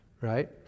Right